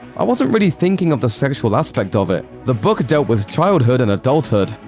i wasn't really thinking of the sexual aspect of it. the book dealt with childhood and adulthood.